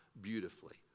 beautifully